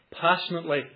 passionately